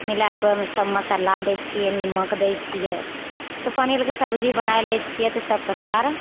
मिलाइके ओहिमे सब मसाला दै छियै नीमक दै छियै तऽ पनीरके सबजी बनाइ लै छियै तऽ सब परिबार